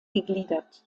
gegliedert